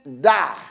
die